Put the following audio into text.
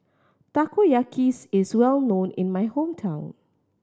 takoyaki is well known in my hometown